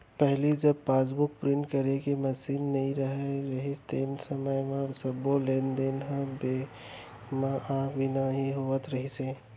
पहिली जब passbook print करे के मसीन नइ रहत रहिस तेन समय म सबो लेन देन ह बेंक म जाए बिना नइ होवत रहिस